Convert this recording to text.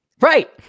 Right